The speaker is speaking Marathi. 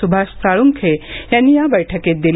सुभाष साळुंखे यांनी या बैठकीत दिली